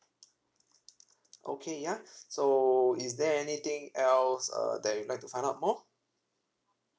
okay ya so is there anything else uh that you would like to find out more